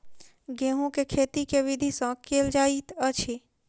गेंहूँ केँ खेती केँ विधि सँ केल जाइत अछि?